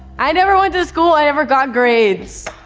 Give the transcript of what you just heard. i never went to school, i never got grades.